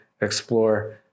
explore